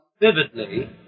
vividly